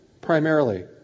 primarily